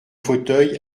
fauteuil